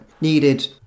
needed